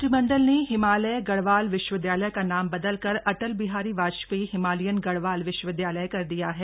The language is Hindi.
मंत्रिमंडल ने हिमालय गढ़वाल विश्वविदयालय का नाम बदलकर अटल बिहारी वाजपेयी हिमालयन गढ़वाल विश्वविद्यालय कर दिया है